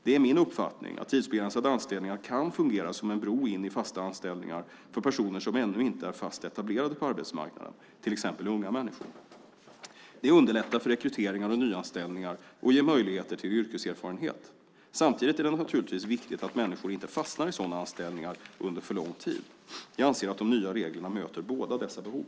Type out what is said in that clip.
Det är min uppfattning att tidsbegränsade anställningar kan fungera som en bro in i fasta anställningar för personer som ännu inte är fast etablerade på arbetsmarknaden, till exempel unga människor. Det underlättar för rekryteringar och nyanställningar och ger möjligheter till yrkeserfarenhet. Samtidigt är det naturligtvis viktigt att människor inte fastnar i sådana anställningar under för lång tid. Jag anser att de nya reglerna möter båda dessa behov.